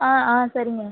ஆ ஆ சரிங்க